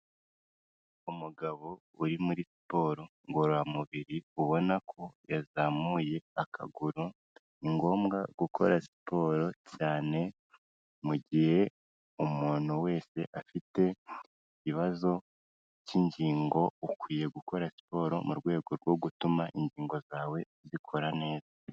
Umugabo uri muri siporo ngororamubiri, ubona ko yazamuye akaguru, ni ngombwa gukora siporo cyane mu gihe umuntu wese afite ikibazo cy'ingingo, ukwiye gukora siporo mu rwego rwo gutuma ingingo zawe zikora neza.